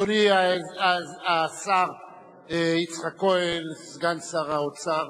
אדוני, יצחק כהן, סגן שר האוצר,